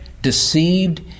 deceived